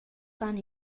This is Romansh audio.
fan